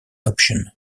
option